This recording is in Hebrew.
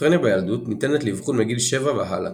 סכיזופרניה בילדות ניתנת לאבחון מגיל 7 והלאה.